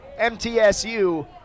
MTSU